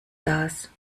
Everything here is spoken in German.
das